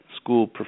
school